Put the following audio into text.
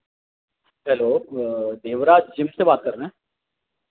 hello Devraj gym से बात कर रहे हैं